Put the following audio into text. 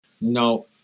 No